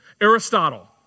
Aristotle